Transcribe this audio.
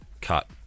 cut